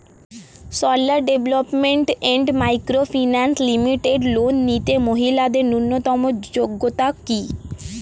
Sarala development and micro finance limited loan নিতে মহিলাদের ন্যূনতম যোগ্যতা কী?